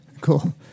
Cool